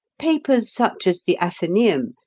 papers such as the anthenaeum,